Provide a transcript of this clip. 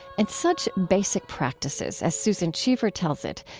and such basic practices, as susan cheever tells it,